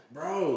Bro